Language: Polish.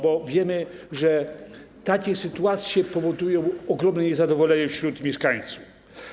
Bo wiemy, że takie sytuacje powodują ogromne niezadowolenie wśród mieszkańców.